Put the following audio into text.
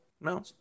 No